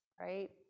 right